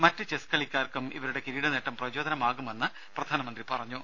മറ്റു ചെസ് കളിക്കാർക്കും ഇവരുടെ കിരീട നേട്ടം പ്രചോദനമാകുമെന്ന് പ്രധാനമന്ത്രി പറഞ്ഞു